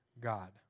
God